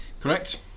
Correct